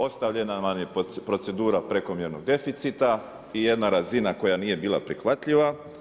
Ostavljena nam je procedura prekomjernog deficita i jedna razina koja nije bila prihvatljiva.